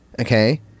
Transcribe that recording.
Okay